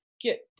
get